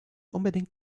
unbedingt